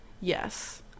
Yes